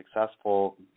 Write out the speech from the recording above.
successful